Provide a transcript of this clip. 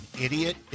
idiot